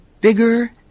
bigger